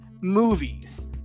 movies